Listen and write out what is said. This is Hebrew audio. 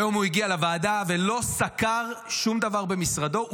היום הוא הגיע לוועדה ולא סקר שום דבר במשרדו.